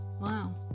wow